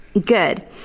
good